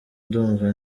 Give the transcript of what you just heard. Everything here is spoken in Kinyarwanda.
ndumva